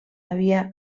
havia